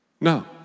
no